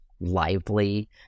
lively